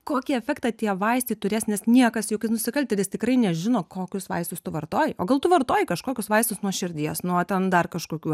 kokį efektą tie vaistai turės nes niekas juk nusikaltėlis tikrai nežino kokius vaistus tu vartoji o gal tu vartoji kažkokius vaistus nuo širdies nuo ten dar kažkokių